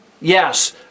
yes